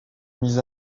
mis